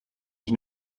ich